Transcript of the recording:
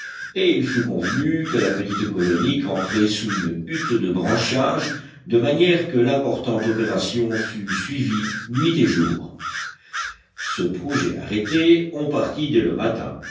et il fut convenu que la petite colonie camperait sous une hutte de branchages de manière que l'importante opération fût suivie nuit et jour ce projet arrêté on partit dès le matin